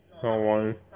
好玩